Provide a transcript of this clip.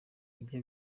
ibi